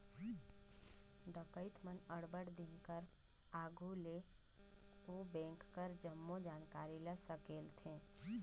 डकइत मन अब्बड़ दिन कर आघु ले ओ बेंक कर जम्मो जानकारी ल संकेलथें